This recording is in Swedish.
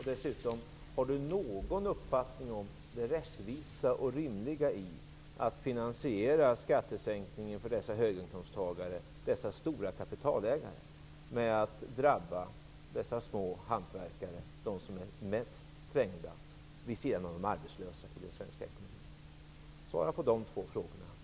Har Ian Wachtmeister någon uppfattning om det rättvisa och rimliga i att finansiera skattesänkningen för dessa höginkomsttagare och stora kapitalägare med hjälp av att dessa, de mest trängda, små hantverkare och arbetslösa i den svenska ekonomin skall drabbas? Svara på dessa frågor.